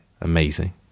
amazing